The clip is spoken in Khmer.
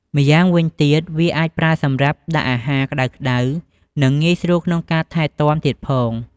ម្យ៉ាងវិញទៀត វាអាចប្រើសម្រាប់ដាក់អាហារក្តៅៗ និងងាយស្រួលក្នុងការថែទាំទៀតផង។